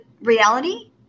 reality